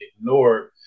ignored